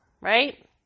right